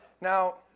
Now